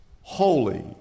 holy